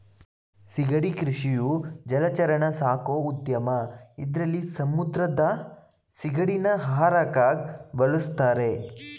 ಸಿಗಡಿ ಕೃಷಿಯು ಜಲಚರನ ಸಾಕೋ ಉದ್ಯಮ ಇದ್ರಲ್ಲಿ ಸಮುದ್ರದ ಸಿಗಡಿನ ಆಹಾರಕ್ಕಾಗ್ ಬಳುಸ್ತಾರೆ